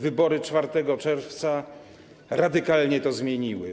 Wybory 4 czerwca radykalnie to zmieniły.